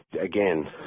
again